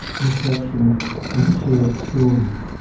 reflection and shared stories.